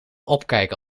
opkijken